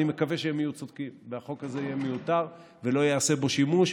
אני מקווה שהם יהיו צודקים והחוק הזה יהיה מיותר ולא ייעשה בו שימוש.